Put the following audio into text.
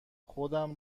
خودم